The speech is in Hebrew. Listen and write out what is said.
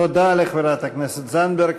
תודה לחברת הכנסת זנדברג.